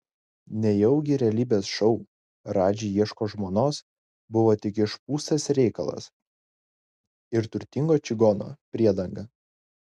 nejaugi realybės šou radži ieško žmonos buvo tik išpūstas reikalas ir turtingo čigono priedanga